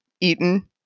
Eaton